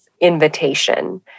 invitation